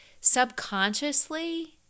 Subconsciously